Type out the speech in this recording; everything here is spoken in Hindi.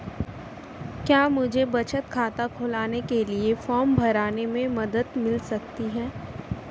क्या मुझे बचत खाता खोलने के लिए फॉर्म भरने में मदद मिल सकती है?